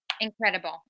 Incredible